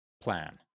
plan